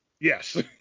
Yes